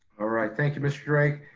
all right, thank you mr. drake.